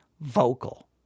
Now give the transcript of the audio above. vocal